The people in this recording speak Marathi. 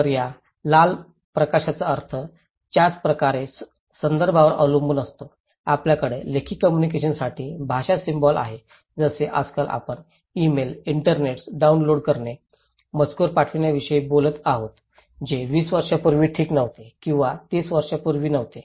तर या लाल प्रकाशाचा अर्थ त्याचप्रकारे संदर्भावर अवलंबून असतो आपल्याकडे लेखी कोम्मुनिकेशनासाठी भाषा सिम्बॉल आहे जसे आजकाल आपण ईमेल इंटरनेट्स डाउनलोड करणे मजकूर पाठवण्याविषयी बोलत आहोत जे 20 वर्षांपूर्वी ठीक नव्हते किंवा 30 वर्षांपूर्वी नव्हते